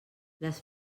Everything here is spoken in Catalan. les